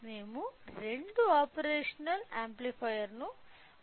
మేము రెండు ఆపరేషనల్ యాంప్లిఫైయర్లను ఉపయోగిస్తాము